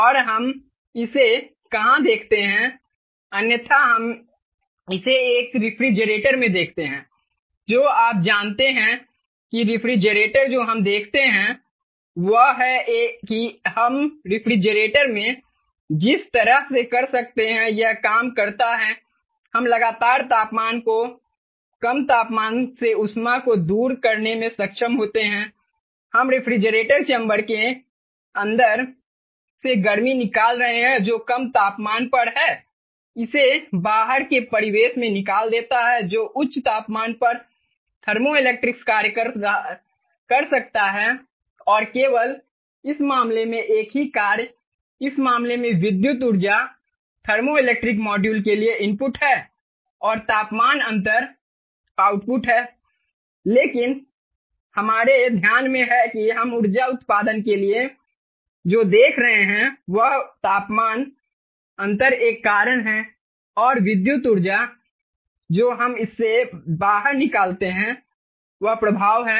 और हम इसे कहां देखते हैं अन्यथा हम इसे एक रेफ्रिजरेटर में देखते हैं जो आप जानते हैं कि रेफ्रिजरेटर जो हम देखते हैं वह यह है कि हम रेफ्रिजरेटर में जिस तरह से कर सकते हैं यह काम करता है हम लगातार तापमान को कम तापमान से ऊष्मा को दूर करने में सक्षम होते हैं हम रेफ्रिजरेशन चैम्बर के अंदर से गर्मी निकाल रहे हैं जो कम तापमान पर है और इसे बाहर के परिवेश में निकाल देता है जो उच्च तापमान पर थर्मो इलेक्ट्रिक्स कार्य कर सकता है केवल इस मामले में एक ही कार्य इस मामले में विद्युत ऊर्जा थर्मोइलेक्ट्रिक मॉड्यूल के लिए इनपुट है और तापमान अंतर आउटपुट है लेकिन हमारे ध्यान में है कि हम ऊर्जा उत्पादन के लिए जो देख रहे हैं वह तापमान अंतर एक कारण है और विद्युत ऊर्जा जो हम इससे बाहर निकलते हैं वह प्रभाव है